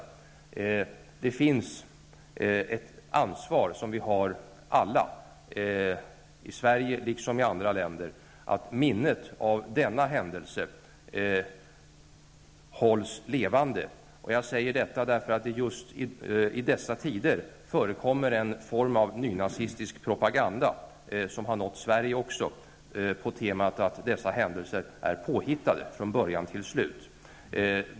Det finns ett ansvar som vi alla har -- i Sverige liksom i andra länder -- att hålla minnet av dessa händelser levande. Jag säger detta därför att det just i dessa tider förekommer en form av nynazistisk propaganda som har nått Sverige också, på temat att dessa händelser är påhittade från början till slut.